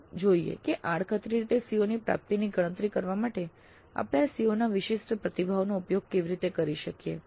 ચાલો જોઈએ કે આડકતરી રીતે CO ની પ્રાપ્તિની ગણતરી કરવા માટે આપણે આ CO ના વિશિષ્ટ પ્રતિભાવોનો ઉપયોગ કેવી રીતે કરી શકીએ